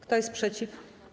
Kto jest przeciw?